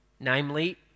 Namely